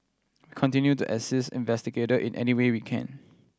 continue to assist investigator in any way we can